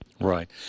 Right